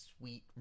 sweet